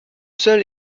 seul